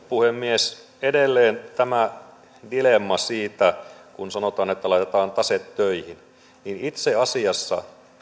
puhemies edelleen tähän dilemmaan siitä kun sanotaan että laitetaan taseet töihin itse asiassa